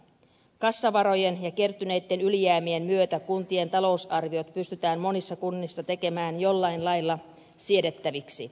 kassavarojen ja kertyneitten ylijäämien myötä kuntien talousarviot pystytään monissa kunnissa tekemään jollain lailla siedettäviksi